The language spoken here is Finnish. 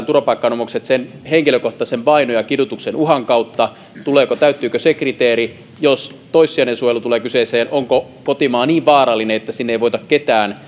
turvapaikka anomukset käsitellään henkilökohtaisen vainon ja kidutuksen uhan kautta täyttyykö se kriteeri ja jos toissijainen suojelu tulee kyseeseen onko kotimaa niin vaarallinen että sinne ei voida ketään